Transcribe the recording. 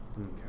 okay